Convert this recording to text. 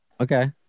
Okay